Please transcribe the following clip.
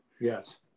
Yes